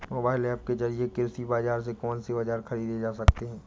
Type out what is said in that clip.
Mobile app के जरिए कृषि बाजार से कौन से औजार ख़रीदे जा सकते हैं?